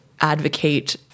advocate